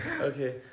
okay